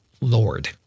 Lord